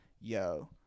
yo